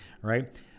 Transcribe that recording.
right